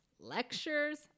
Lectures